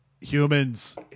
humans